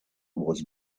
was